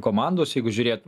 komandos jeigu žiūrėt